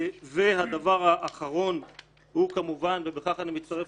הדבר האחרון הוא כמובן ובכך אני מצטרף